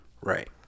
right